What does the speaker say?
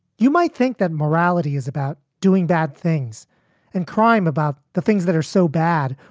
you might think that morality is about doing bad things in crime, about the things that are so bad.